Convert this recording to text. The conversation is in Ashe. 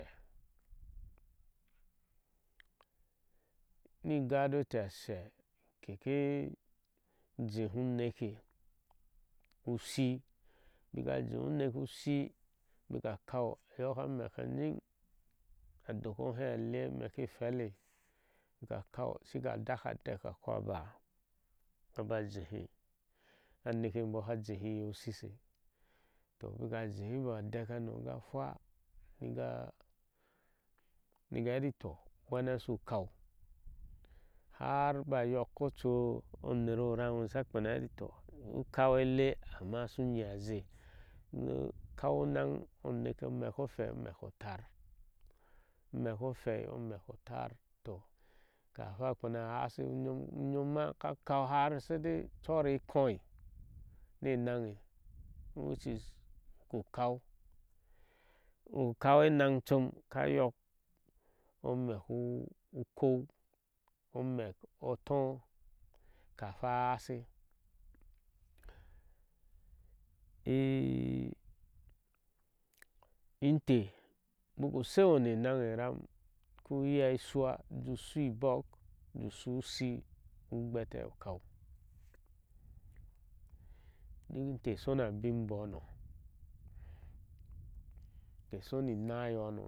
Ni gade eteh she keke jehu uneke ushii. bika jehe uneke ushii bika akau, a yoko amek anyiŋ adok ohh aleɛ amek e hwele aka kau, shika daka adek a koh abaá nabáá naba jehe aneke mboo sha jehi iye ushishe toh abaka jehi mboo adek hano ga hwáá nika wuri toh ugwene shi ukau har ba yok oc ener omaŋe asha heti toh ukau ele ama ushu unye aze ukau enaŋ eneke omek ohwei omek. o táár omek ohweiomek otaár toh kahu kpena a hashi unyom ma ka kau har saidai e cor ekhei ne naŋe baku kau, ukau enaŋ com ukau ugo omek ukou, omek o tɔɔ kahwa a hashe inteh kuma baku sheŋo. ne naŋ eram, ku iya e shiwa wɛɛ ushúú ibɔɔk ushúú ushi ugbeteh ukau duk inteh ke shona abiŋ ibomo ke shoni ynaa inno.